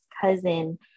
cousin